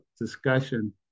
discussion